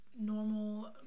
normal